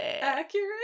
accurate